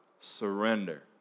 Surrender